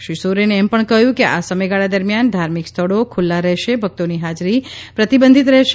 શ્રી સોરેને એમ પણ કહ્યું કે આ સમયગાળા દરમિયાન ધાર્મિક સ્થળો ખુલ્લા રહેશે ભક્તોની હાજરી પ્રતિબંધિત રહેશે